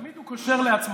תמיד הוא קושר לעצמו.